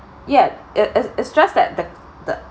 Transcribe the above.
ya it is it's just that the the